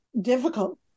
difficult